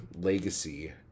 legacy